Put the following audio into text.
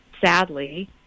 sadly